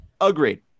Agreed